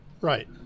Right